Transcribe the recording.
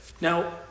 Now